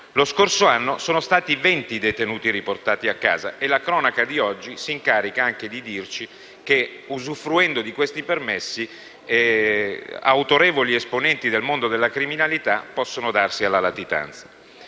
Lo scorso anno sono stati 20 i detenuti riportati a casa e la cronaca di oggi si incarica anche di dirci che, usufruendo di questi permessi, autorevoli esponenti del mondo della criminalità possono darsi alla latitanza.